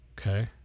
Okay